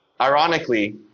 ironically